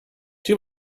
too